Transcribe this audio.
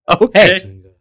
Okay